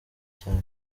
cyane